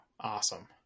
awesome